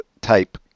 type